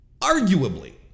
arguably